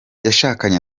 yashakanye